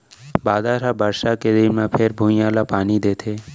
बादर ह बरसा के दिन म फेर भुइंया ल पानी देथे